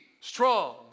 strong